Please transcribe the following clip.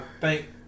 thank